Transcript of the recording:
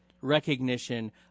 recognition